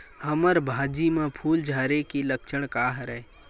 हमर भाजी म फूल झारे के लक्षण का हरय?